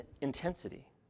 intensity